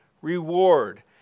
reward